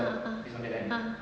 ah ah ah